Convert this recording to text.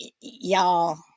y'all